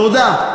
תודה.